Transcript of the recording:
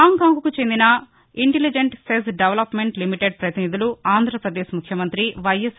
హాంకాంగ్కు చెందిన intelligent SEZ development limited పతినిధులు ఆంధ్రాపదేశ్ ముఖ్యమంత్రి వైఎస్